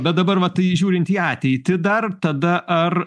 bet dabar va tai žiūrint į ateitį dar tada ar